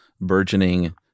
burgeoning